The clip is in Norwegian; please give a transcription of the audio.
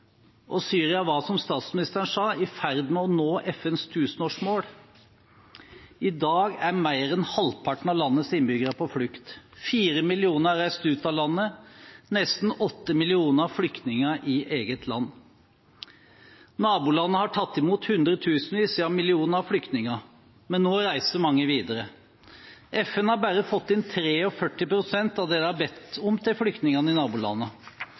og Syria var, som statsministeren sa, i ferd med å nå FNs tusenårsmål. I dag er mer enn halvparten av landets innbyggere på flukt. 4 millioner er reist ut av landet, nesten 8 millioner er flyktninger i eget land. Nabolandene har tatt imot hundretusenvis, ja millioner av flyktninger, men nå reiser mange videre. FN har bare fått inn 43 pst. av det de har bedt om til flyktningene i